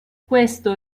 questo